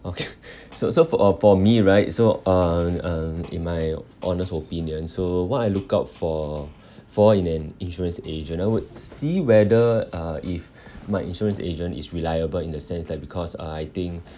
okay so so uh for me right so uh uh in my honest opinion so what I look out for for in an insurance agent I would see whether uh if my insurance agent is reliable in the sense that because